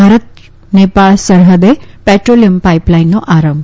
ભારત નેપાળ સરહદે પેટ્રોલીયમ પાઇપલાઇનનો આરંભ